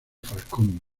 falcón